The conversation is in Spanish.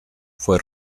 fue